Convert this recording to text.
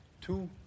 two